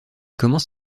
commence